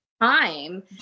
time